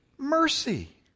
Mercy